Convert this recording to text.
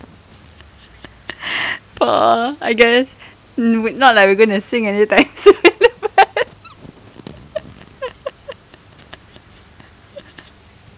err I guess not like we're going to sing any time soon